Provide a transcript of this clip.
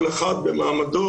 ולכל הצוותים בכל הדרגים.